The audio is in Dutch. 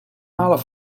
gemalen